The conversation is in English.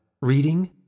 Reading